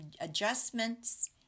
adjustments